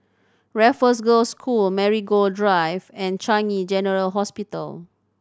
Raffles Girls' School Marigold Drive and Changi General Hospital